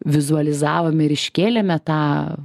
vizualizavome ir iškėlėme tą